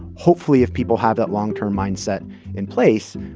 hopefully if people have that long-term mindset in place,